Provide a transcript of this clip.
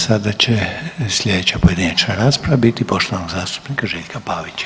Sada će sljedeća pojedinačna rasprava biti poštovanog zastupnika Željka Pavića,